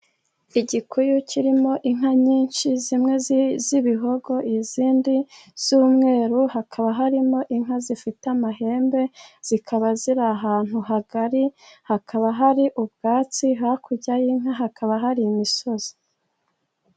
Igikuyu kirimo inka nyinshi, zimwe z'ibihogo, izindi z'umweru, hakaba harimo inka zifite amahembe, zikaba ziri ahantu hagari. Hakaba hari ubwatsi, hakurya y'inka hakaba hari imisozi.